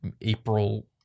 April